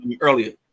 earlier